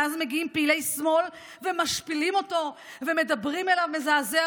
ואז מגיעים פעילי שמאל ומשפילים אותו ומדברים אליו מזעזע,